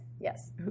yes